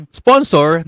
sponsor